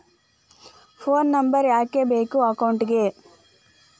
Phone number ಯಾಕೆ ಬೇಕು ಅಕೌಂಟಿಗೆ?